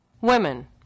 Women